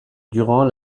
durant